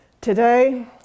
Today